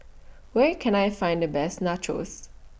Where Can I Find The Best Nachos